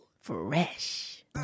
Fresh